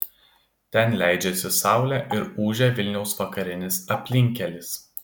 ten leidžiasi saulė ir ūžia vilniaus vakarinis aplinkkelis